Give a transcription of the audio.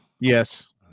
Yes